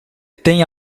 tem